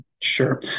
Sure